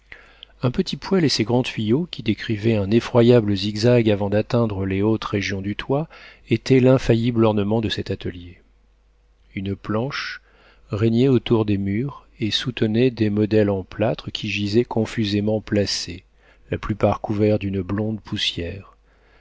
un petit poêle et ses grands tuyaux qui décrivaient un effroyable zigzag avant d'atteindre les hautes régions du toit étaient l'infaillible ornement de cet atelier une planche régnait autour des murs et soutenait des modèles en plâtre qui gisaient confusément placés la plupart couverts d'une blonde poussière